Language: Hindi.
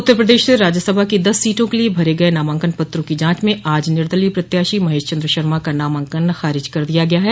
उत्तर प्रदेश से राज्यसभा की दस सीटों के लिए भरे गय नामांकन पत्रों की जांच में आज निर्दलीय प्रत्याशी महेश चन्द्र शर्मा का नामांकन खारिज कर दिया गया है